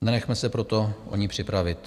Nenechme se proto o ni připravit.